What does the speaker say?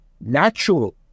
natural